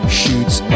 shoots